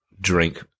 drink